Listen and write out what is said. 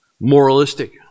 moralistic